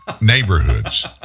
neighborhoods